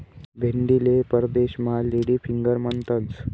भेंडीले परदेसमा lady finger म्हणतंस